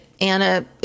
Anna